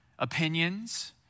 Opinions